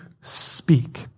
speak